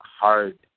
hard